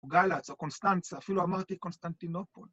גאלץ או קונסטנצה, אפילו אמרתי קונסטנטינופול.